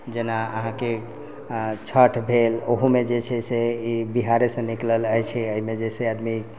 जेना अहाँके छठ भेल ओहोमे जे छै से ई बिहारेसँ निकलल अछि अइमे जे छै आदमी